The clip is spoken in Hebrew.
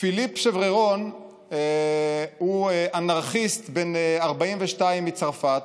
פיליפ שבררון הוא אנרכיסט בן 42 מצרפת,